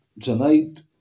Tonight